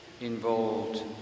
involved